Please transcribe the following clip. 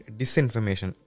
disinformation